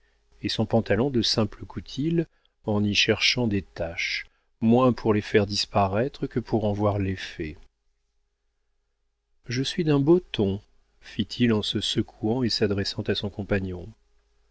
et son pantalon de simple coutil en y cherchant des taches moins pour les faire disparaître que pour en voir l'effet je suis d'un beau ton fit-il en se secouant et s'adressant à son compagnon